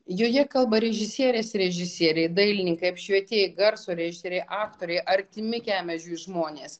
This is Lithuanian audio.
joje kalba režisierės ir režisieriai dailininkai apšvietėjai garso režisieriai aktoriai artimi kemežiui žmonės